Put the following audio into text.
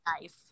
nice